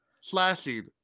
slashing